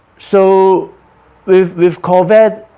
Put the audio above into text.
so with with covet